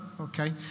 Okay